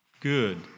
good